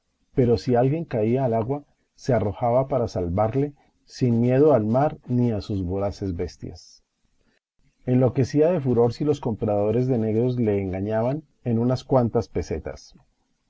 pero si alguien caía al agua se arrojaba para salvarle sin miedo al mar ni a sus voraces bestias enloquecía de furor si los compradores de negros le engañaban en unas cuantas pesetas